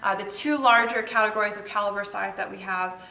ah the two larger categories of caliber size that we have,